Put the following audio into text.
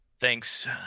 Thanks